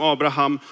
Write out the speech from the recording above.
Abraham